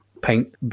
paint